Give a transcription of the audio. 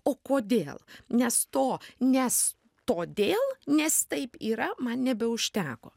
o kodėl nes to nes todėl nes taip yra man nebeužteko